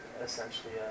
essentially